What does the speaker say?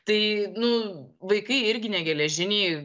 tai nu vaikai irgi negeležiniai